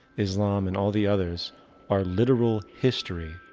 islam and all the others are literal history,